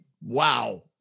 wow